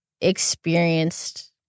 experienced